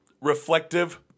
reflective